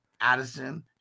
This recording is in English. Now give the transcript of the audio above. Addison